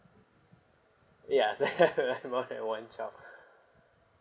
yeah so I have only one child